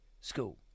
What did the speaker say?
school